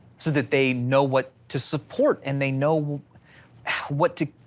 so that they know what to support and they know what to,